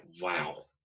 wow